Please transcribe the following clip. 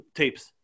tapes